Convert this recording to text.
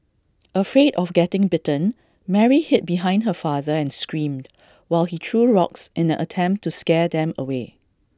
afraid of getting bitten Mary hid behind her father and screamed while he threw rocks in an attempt to scare them away